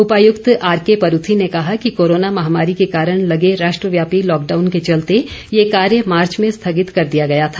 उपायक्त R K Paruthi ने कहा कि कोरोना महामारी के कारण लगे राष्टव्यापी लॉकडाउन के चलते ये कार्य मार्च में स्थेगित कर दिया गया था